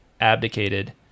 abdicated